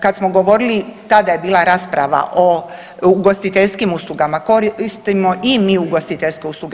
Kada smo govorili, tada je bila rasprava o ugostiteljskim uslugama, koristimo i mi ugostiteljske usluge.